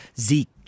Zeke